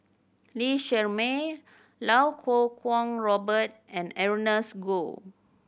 Lee Shermay Lau Kuo Kwong Robert and Ernest Goh